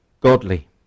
godly